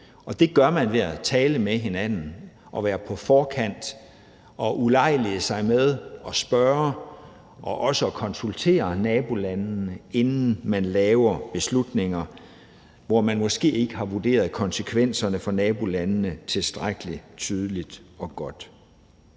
Det gør man ved at tale med hinanden og være på forkant og ulejlige sig med at spørge og også konsultere nabolandene, inden man træffer beslutninger, hvor man måske ikke har vurderet konsekvenserne for nabolandene tilstrækkelig tydeligt og godt.